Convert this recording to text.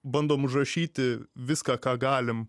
bandom užrašyti viską ką galim